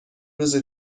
روز